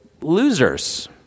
losers